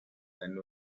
then